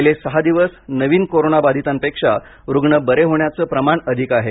गेले सलग सहा दिवस नवीन कोरोनाबाधितांपेक्षा रुग्ण बरे होण्याचे प्रमाण अधिक आहे